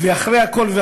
ואחרי הכול,